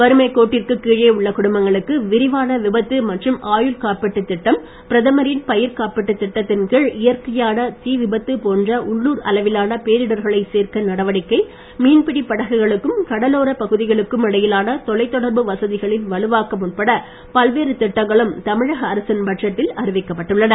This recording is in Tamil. வறுமைக் கோட்டிற்குக் கீழே உள்ள குடும்பங்களுக்கு விரிவான விபத்து மற்றும் ஆயுள் காப்பீட்டுத் திட்டம் பிரதமரின் பயிர் காப்பீட்டுத் திட்டத்தின் கீழ் இயற்கையான தீ விபத்து போன்ற உள்ளுர் அளவிலான பேரிடர்களை சேர்க்க நடவடிக்கை மீன்பிடி படகுகளுக்கும் கடலோரப் பகுதிகளுக்கும் இடையிலான தொலைதொடர்பு வசதிகளின் வலுவாக்கம் உட்பட பல்வேறு திட்டங்களும் தமிழக அரசின் பட்ஜெட்டில் அறிவிக்கப் பட்டுள்ளன